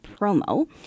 promo